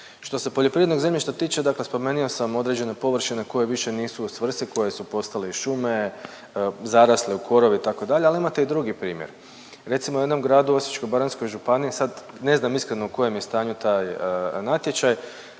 Što se poljoprivrednog zemljišta tiče dakle spomenio sam određene površine koje više nisu u svrsi koje su postale i šume, zarasle u korov itd. ali imate i drugi primjer. Recimo u jednom gradu u Osječko-baranjskoj županiji, sad ne znam iskreno u kojem je stanju taj natječaj,